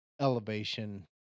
elevation